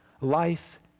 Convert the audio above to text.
life